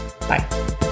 Bye